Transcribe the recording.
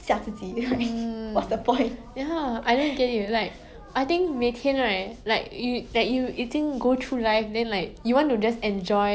还钱真的要受苦 sia